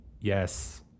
yes